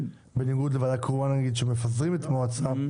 בניגוד לוועדה קרואה, למשל, כשמפזרים את המועצה.